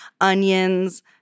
onions